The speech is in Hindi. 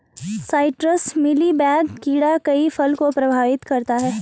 साइट्रस मीली बैग कीड़ा कई फल को प्रभावित करता है